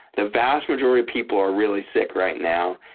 the vast majority of people are really sick right now.